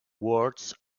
words